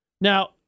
Now